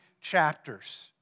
chapters